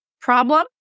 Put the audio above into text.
problem